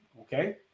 okay